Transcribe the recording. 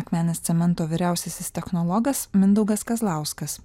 akmenės cemento vyriausiasis technologas mindaugas kazlauskas